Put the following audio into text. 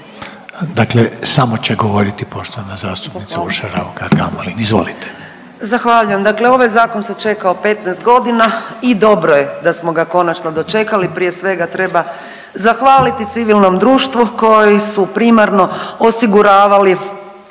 a samo će govoriti poštovana zastupnica Urša Raukar Gamulin. Izvolite. **Raukar-Gamulin, Urša (Možemo!)** Zahvaljujem. Dakle, ovaj zakon se čekao 15 godina i dobro da smo ga konačno dočekali. Prije svega treba zahvaliti civilnom društvu koji su primarno osiguravali